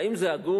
האם זה הגון?